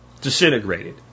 disintegrated